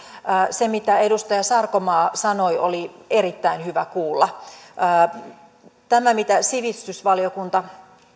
se mitä edustaja sarkomaa sanoi oli erittäin hyvä kuulla tällähän mitä sivistysvaliokunta